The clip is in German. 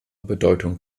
bedeutung